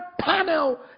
panel